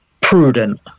prudent